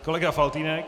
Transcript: Kolega Faltýnek.